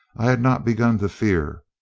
i had not begun to fear.